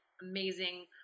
amazing